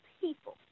people